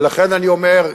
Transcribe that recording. ולכן אני אומר,